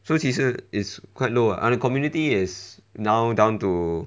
so 其实 is quite low ah the community is now down to